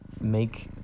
make